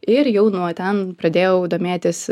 ir jau nuo ten pradėjau domėtis